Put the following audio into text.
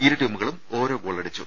ഇരുടീമുകളും ഓരോ ഗോളടിച്ചു